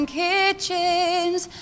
kitchens